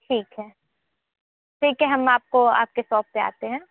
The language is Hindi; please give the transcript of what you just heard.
ठीक है ठीक है हम आपको आपके शॉप पे आते हैं